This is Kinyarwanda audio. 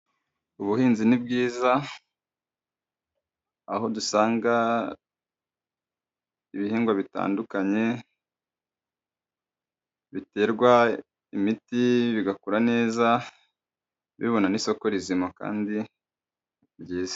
Ubuhinzi ni bwiza aho dusanga ibihingwa bitandukanye, biterwa imiti bigakura neza bibona n'isoko rizima kandi ryiza.